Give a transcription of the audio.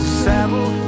saddle